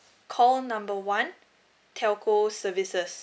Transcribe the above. call number one telco services